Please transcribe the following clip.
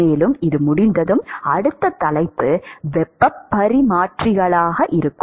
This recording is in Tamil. மேலும் இது முடிந்ததும் அடுத்த தலைப்பு வெப்பப் பரிமாற்றிகளாக இருக்கும்